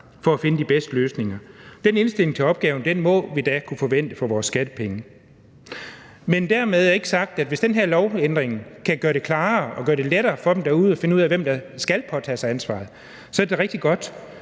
for at finde de bedste løsninger. Den indstilling til opgaven må vi da kunne forvente for vores skattepenge. Men hvis den her lovændring kan gøre det klarere og gøre det lettere for dem derude at finde ud af, hvem der skal påtage sig ansvaret, så er det da rigtig godt,